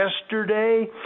yesterday